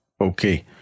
Okay